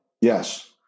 yes